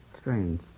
strange